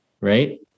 right